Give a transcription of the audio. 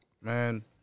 man